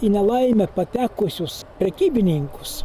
į nelaimę patekusius prekybininkus